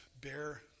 bear